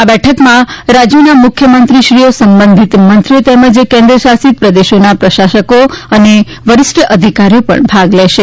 આ બેઠકમાં રાજયોના મુખ્યમંત્રીશ્રીઓ સંબંધિત મંત્રીઓ તેમજ કેન્દ્ર શાસિત પ્રદેશોના પ્રશાસકો અને વરિષ્ઠ અધિકારીઓ પણ ભાગ લેશે